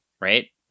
right